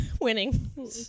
winning